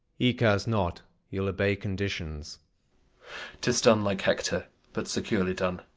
he cares not he'll obey conditions tis done like hector but securely done,